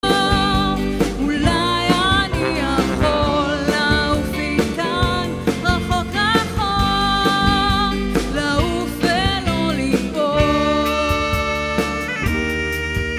אולי אני יכול לעוף איתך רחוק רחוק לעוף ולא לגבור